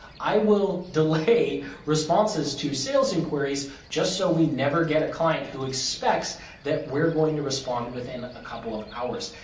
i will delay responses to sales inquiries just so we never get a client who expects that we're going to respond within a couple of hours.